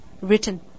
written